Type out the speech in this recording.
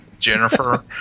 Jennifer